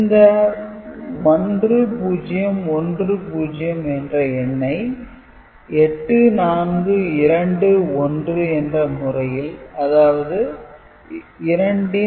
இந்த 10 10 என்ற எண்ணை 8421 என்ற முறையில் அதாவது 20